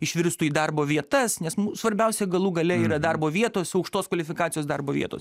išvirstų į darbo vietas nes mu svarbiausia galų gale yra darbo vietos aukštos kvalifikacijos darbo vietos